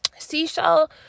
seashell